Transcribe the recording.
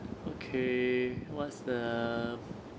okay what's the